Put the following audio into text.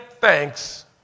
thanks